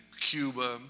Cuba